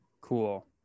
Cool